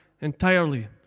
entirely